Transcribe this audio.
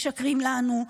משקרים לנו,